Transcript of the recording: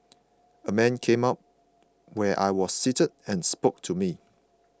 a man came up where I was seated and spoke to me